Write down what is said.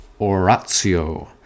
oratio